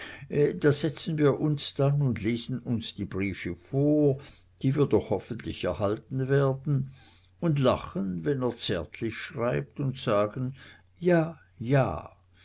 da setzen wir uns dann und lesen uns die briefe vor die wir doch hoffentlich erhalten werden und lachen wenn er zärtlich schreibt und sagen ja ja